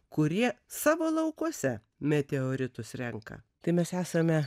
kurie savo laukuose meteoritus renka tai mes esame